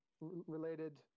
related